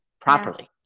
properly